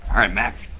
right mack.